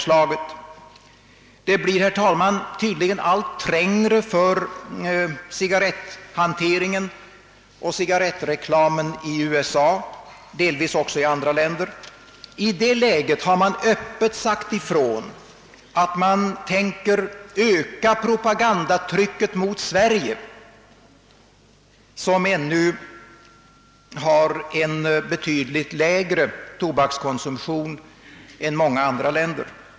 Det blir, herr talman, tydligen allt trängre för cigarretthanteringen och cigarrettreklamen i USA och delvis också i andra länder. I det läget har man öppet sagt ifrån, att man tänker öka propagandatrycket mot Sverige som ännu har en betydligt lägre tobakskonsumtion än många andra länder.